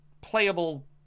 playable